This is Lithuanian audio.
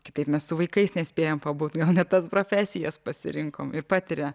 kitaip mes su vaikais nespėjam pabūti gal ne tas profesijas pasirinkome ir patiria